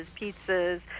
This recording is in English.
pizzas